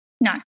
No